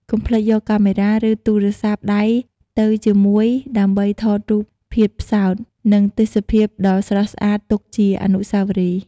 កុំភ្លេចយកកាមេរ៉ា ឬទូរស័ព្ទដៃទៅជាមួយដើម្បីថតរូបភាពផ្សោត និងទេសភាពដ៏ស្រស់ស្អាតទុកជាអនុស្សាវរីយ៍ ។